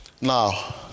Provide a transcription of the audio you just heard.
Now